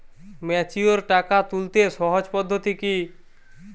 Mature টাকা তুলতে সহজ পদ্ধতি কি?